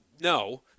No